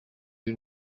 y’u